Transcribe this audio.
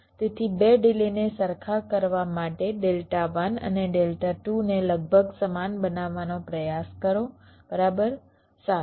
તેથી 2 ડિલેને સરખા કરવા માટે ડેલ્ટા 1 અને ડેલ્ટા 2 ને લગભગ સમાન બનાવવાનો પ્રયાસ કરો બરાબર સારું